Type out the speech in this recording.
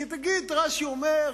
כי תגיד: רש"י אומר,